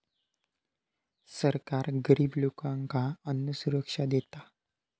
सरकार गरिब लोकांका अन्नसुरक्षा देता